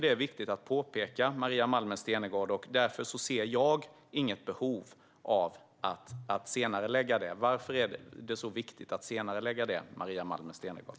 Det är viktigt att påpeka det, Maria Malmer Stenergard. Därför ser jag inget behov av att senarelägga det arbetet. Varför är det viktigt att senarelägga det, Maria Malmer Stenergard?